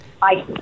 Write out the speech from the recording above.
Bye